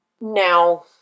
Now